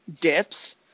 dips